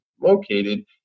located